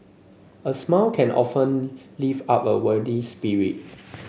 a smile can often lift up a weary spirit